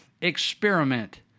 experiment